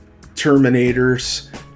Terminators